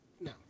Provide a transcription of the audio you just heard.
no